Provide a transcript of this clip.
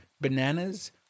Bananas